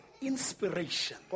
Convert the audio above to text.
inspiration